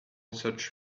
search